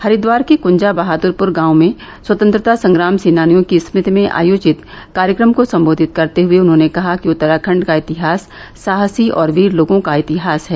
हरिद्वार के कृंजा बहाद्रपुर गांव में स्वतंत्रता संग्राम सेनानियों की स्मृति में आयोजित कार्यक्रम को संबोधित करते हुए उन्होंने कहा कि उत्तराखंड का इतिहास साहसी और वीर लोगों का इतिहास है